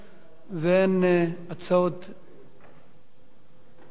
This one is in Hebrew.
ואין הצעות לדיבור,